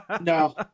No